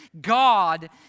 God